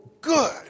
good